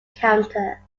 counter